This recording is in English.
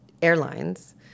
Airlines